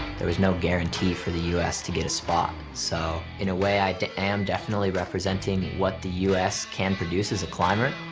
there was no guarantee for the us to get a spot. so in a way, i am definitely representing what the us can produce as a climber,